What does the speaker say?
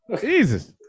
Jesus